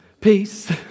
peace